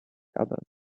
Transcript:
others